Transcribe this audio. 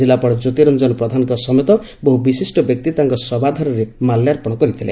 ଜିଲ୍ଲାପାଳ ଜ୍ୟୋତିରଞ୍ଞନ ପ୍ରଧାନଙ୍କ ସମେତ ବହୁ ବିଶିଷ୍ ବ୍ୟକ୍ତି ତାଙ୍କ ଶାବାଧାରରେ ମାଲ୍ୟାର୍ପଣ କରିଥିଲେ